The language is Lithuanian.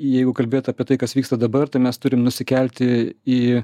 jeigu kalbėt apie tai kas vyksta dabar tai mes turim nusikelti į